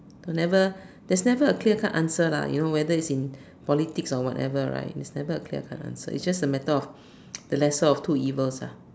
never there is never a clear cut answer lah you know whether it is in politics or whatever right there is a never a clear cut answer it is just a matter of the lesser of two evils ah